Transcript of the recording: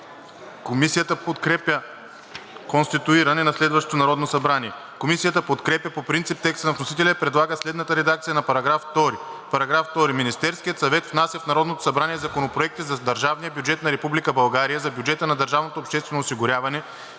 до деня на конституиране на следващото Народно събрание.“ Комисията подкрепя по принцип текста на вносителя и предлага следната редакция на § 2: „§ 2. Министерският съвет внася в Народното събрание законопроектите за държавния бюджет на Република България, за бюджета на държавното обществено осигуряване